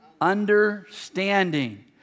understanding